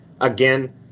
Again